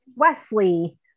Wesley